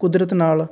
ਕੁਦਰਤ ਨਾਲ